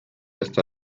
hasta